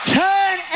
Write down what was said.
turn